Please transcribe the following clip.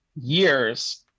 years